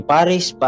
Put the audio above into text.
Parish